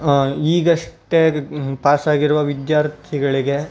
ಈಗಷ್ಟೇ ಪಾಸಾಗಿರುವ ವಿದ್ಯಾರ್ಥಿಗಳಿಗೆ